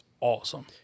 awesome